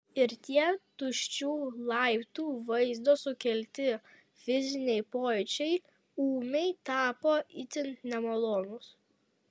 ir tie tuščių laiptų vaizdo sukelti fiziniai pojūčiai ūmai tapo itin nemalonūs